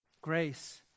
Grace